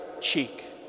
cheek